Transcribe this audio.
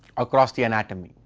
across the anatomy,